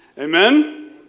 Amen